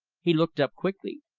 he looked up quickly.